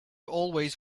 always